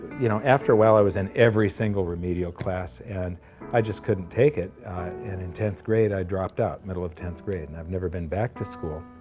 you know, after a while, i was in every single remedial class, and i just couldn't take it and in tenth grade i dropped out, middle of tenth grade and i've never been back to school.